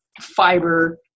fiber